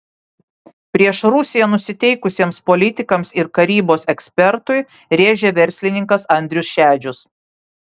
prieš rusiją nusiteikusiems politikams ir karybos ekspertui rėžė verslininkas andrius šedžius